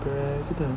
president